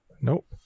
nope